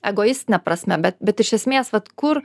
egoistine prasme bet bet iš esmės vat kur